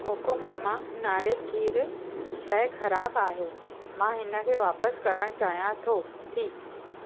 Cocomama नारेल खीरु शइ ख़राब आहे मां हिनखे वापिसि करण चाहियां थो थी